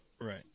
Right